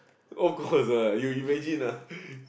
of course ah you imagine ah